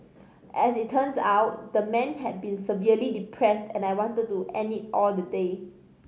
as it turns out the man had been severely depressed and wanted to end it all the day